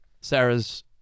Sarah's